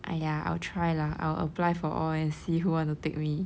!aiya! I'll try lah I'll apply for all and see who want to take me